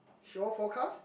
show forecast